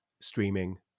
streaming